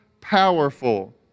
powerful